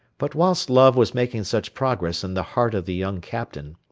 but whilst love was making such progress in the heart of the young captain,